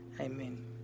Amen